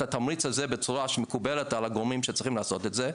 התמריץ הזה בצורה שמקובלת על הגורמים שצריכים לעשות את זה.